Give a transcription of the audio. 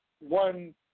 one